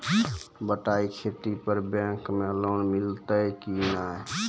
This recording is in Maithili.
बटाई खेती पर बैंक मे लोन मिलतै कि नैय?